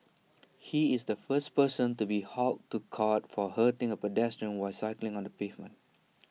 he is the first person to be hauled to court for hurting A pedestrian while cycling on the pavement